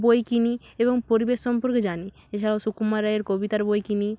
বই কিনি এবং পরিবেশ সম্পর্কে জানি এছাড়াও সুকুমার রায়ের কবিতার বই কিনি